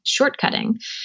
shortcutting